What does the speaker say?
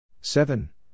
seven